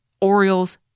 Orioles